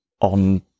on